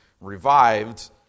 revived